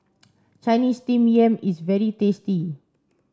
Chinese steamed yam is very tasty